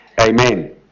Amen